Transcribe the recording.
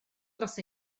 dros